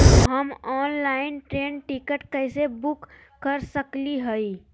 हम online train ticket कैसे book कर सकली हई?